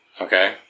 Okay